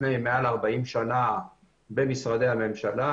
לפני מעל 40 שנה במשרדי הממשלה,